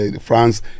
France